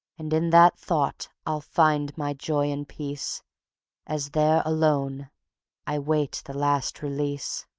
and in that thought i'll find my joy and peace as there alone i wait the last release.